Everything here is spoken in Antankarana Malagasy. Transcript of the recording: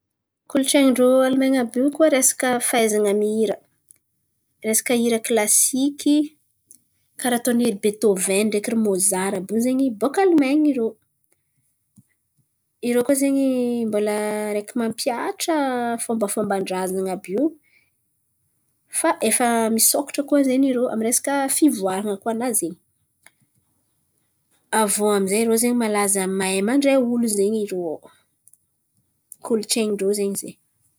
Kolontsain̈in-drô Almain̈y àby io resaka fahaizan̈a mihira. Resaka hira kilasiky karà ataon'iry Bitôven ndreky Môzar àby io zen̈y boaka Almain̈y irô. Irô koa araiky mbola mampihatra fombafomban-drazan̈a àby io fa efa misokatra koa zen̈y irô amy resaka fivoaran̈a koa na zen̈y. Aviô aminjay irô zen̈y malaza mahay mandray olo zen̈y irô ao. Kolontsain̈in-drô ze zen̈y.